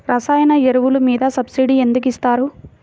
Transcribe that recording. రసాయన ఎరువులు మీద సబ్సిడీ ఎందుకు ఇస్తారు?